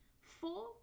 Four